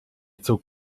zog